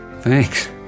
Thanks